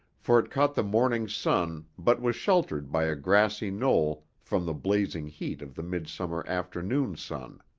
for it caught the morning sun but was sheltered by a grassy knoll from the blazing heat of the midsummer afternoon sun.